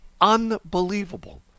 Unbelievable